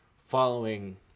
following